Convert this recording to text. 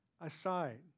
aside